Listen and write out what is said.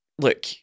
Look